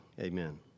amen